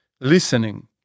listening